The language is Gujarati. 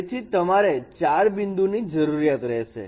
તેથી તમારે 4 બિંદુ ની જરૂરિયાત રહેશે